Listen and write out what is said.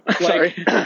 sorry